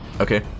Okay